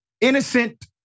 innocent